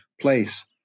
place